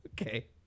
Okay